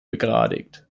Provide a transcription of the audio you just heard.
begradigt